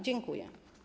Dziękuję.